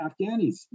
Afghanis